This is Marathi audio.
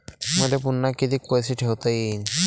मले पुन्हा कितीक पैसे ठेवता येईन?